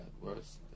worse